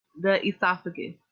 the esophagus,